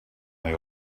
they